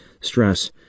Stress